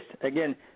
again